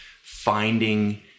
finding